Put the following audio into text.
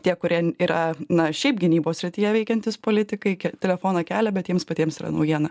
tie kurie yra na šiaip gynybos srityje veikiantys politikai telefoną kelia bet jiems patiems yra naujiena